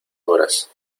horas